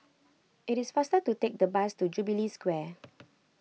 it is faster to take the bus to Jubilee Square